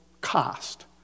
cost